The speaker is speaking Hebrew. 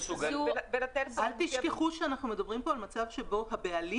אל תשכחו שאנחנו מדברים פה על מצב שבו הבעלים